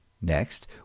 next